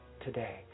today